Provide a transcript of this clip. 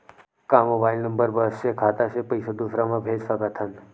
का mobile number बस से खाता से पईसा दूसरा मा भेज सकथन?